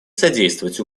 содействовать